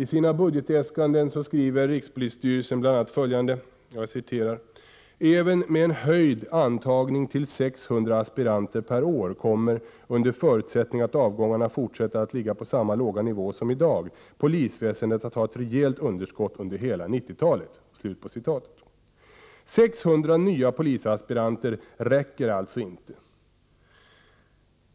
I sina budgetäskanden skriver rikspolisstyrelsen bl.a. följande: ”Även med en höjd antagning till 600 aspiranter per år kommer — under förutsättning att avgångarna fortsätter att ligga på samma nivå som i dag — polisväsendet att ha ett rejält underskott under hela 90-talet.” 600 nya polisaspiranter räcker alltså inte.